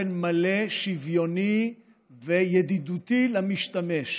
באופן מלא, שוויוני וידידותי למשתמש.